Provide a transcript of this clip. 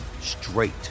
straight